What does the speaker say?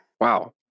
Wow